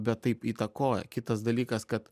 bet taip įtakoja kitas dalykas kad